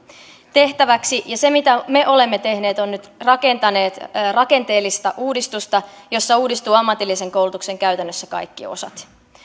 tehtäväksi se mitä me olemme tehneet on että olemme nyt rakentaneet rakenteellista uudistusta jossa uudistuvat ammatillisen koulutuksen käytännössä kaikki osat